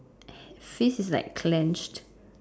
fist is like clenched